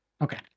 Okay